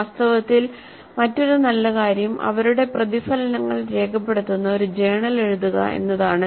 വാസ്തവത്തിൽ മറ്റൊരു നല്ല കാര്യം അവരുടെ പ്രതിഫലനങ്ങൾ രേഖപ്പെടുത്തുന്ന ഒരു ജേണൽ എഴുതുക എന്നതാണ്